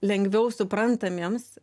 lengviau suprantamiems